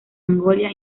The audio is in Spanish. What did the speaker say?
angola